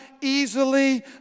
easily